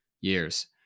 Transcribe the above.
years